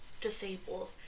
disabled